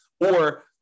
Or-